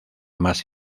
más